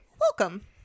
Welcome